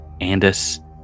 Andis